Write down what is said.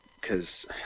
cause